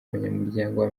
abanyamuryango